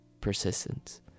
persistence